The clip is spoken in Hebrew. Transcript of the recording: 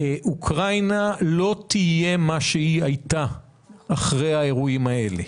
אוקראינה לא תהיה מה שהיא הייתה אחרי האירועים האלה.